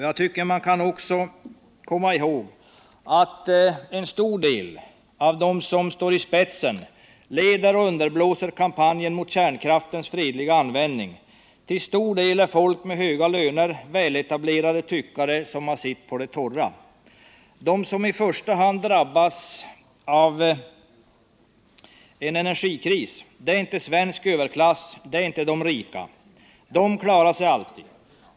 Jag tycker också att man bör komma ihåg att många av dem som står i spetsen och som leder och underblåser kampanjen mot kärnkraftens fredliga användning till stor del är folk med höga löner — väletablerade tyckare som har sitt på det torra. De som i första hand drabbas av en energikris är inte den svenska överklassen och de rika. De klarar sig alltid.